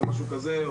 הוא משהו כזה,